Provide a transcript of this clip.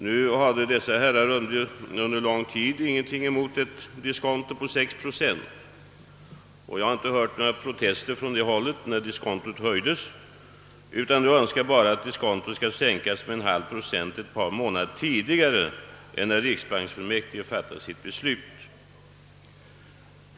Nu hade emellertid dessa herrar under lång tid ingenting emot ett diskonto på 6 procent — jag har inte hört några protester från det hållet när diskontot höjdes — utan de önskar bara att diskontot skulle ha sänkts med en halv procent ett par månader tidigare än då riksbanksfullmäktige fattade sitt beslut.